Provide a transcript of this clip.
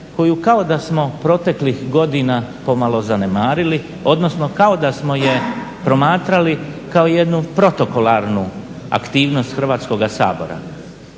koju kao da smo proteklih godina pomalo zanemarili odnosno kao da smo je promatrali kao jednu protokolarnu aktivnost Hrvatskoga sabora.